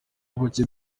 ububi